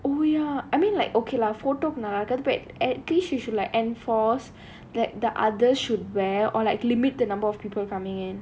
oh ya I mean like okay lah photo அதுக்கடுத்து:adhukaduthu at least she should like enforce like the others should wear or like limit the number of people coming in